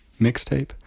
mixtape